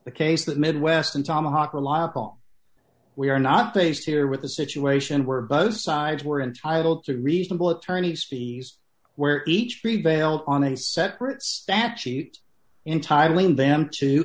the case that midwestern tomahawk reliable we are not based here with a situation where both sides were entitled to reasonable attorneys fees where each prevailed on a separate statute entirely